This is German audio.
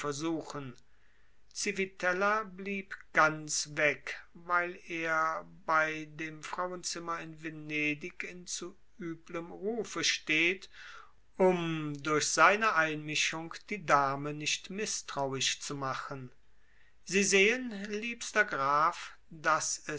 ganz weg weil er bei dem frauenzimmer in venedig in zu üblem rufe steht um durch seine einmischung die dame nicht mißtrauisch zu machen sie sehen liebster graf daß